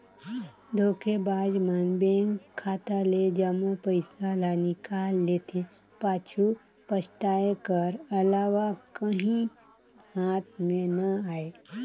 धोखेबाज मन बेंक खाता ले जम्मो पइसा ल निकाल जेथे, पाछू पसताए कर अलावा काहीं हाथ में ना आए